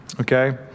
okay